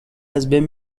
ازبین